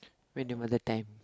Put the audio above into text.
when the mother time